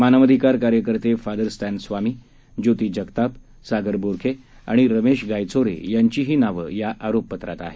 मानव अधिकार कार्यकर्ते father Stan Swamy Jyoti Jagtap Sagar Borkhe आणि रमेश गायचोर यांचीही नावं या आरोप पत्रात आहेत